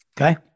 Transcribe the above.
Okay